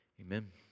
Amen